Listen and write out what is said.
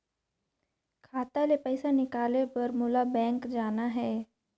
खाता ले पइसा निकाले बर मोला बैंक जाना हे?